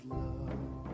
love